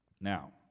Now